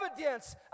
evidence